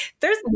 there's-